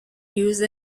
used